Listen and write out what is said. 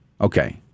Okay